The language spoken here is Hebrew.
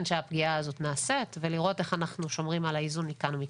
שהפגיעה הזאת נעשית ולראות איך אנחנו שומרים על האיזון מכאן ומכאן.